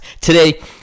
today